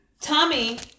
Tommy